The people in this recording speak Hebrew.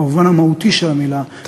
במובן המהותי של המילה,